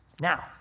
Now